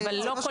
לא סומכים,